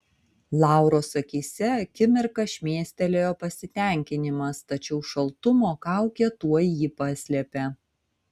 lauros akyse akimirką šmėstelėjo pasitenkinimas tačiau šaltumo kaukė tuoj jį paslėpė